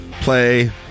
play